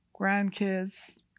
grandkids